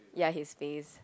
ya his face